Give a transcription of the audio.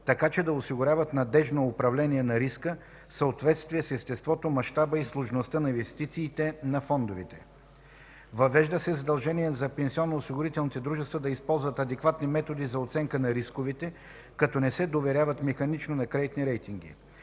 така че да осигуряват надеждно управление на риска в съответствие с естеството, мащаба и сложността на инвестициите на фондовете. Въвежда се задължение за пенсионноосигурителните дружества да използват адекватни методи за оценка на рисковете, като не се доверяват механично на кредитни рейтинги.